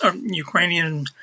Ukrainian